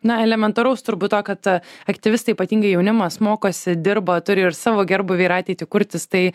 na elementaraus turbūt to kad aktyvistai ypatingai jaunimas mokosi dirba turi ir savo gerbūvį ir ateitį kurtis tai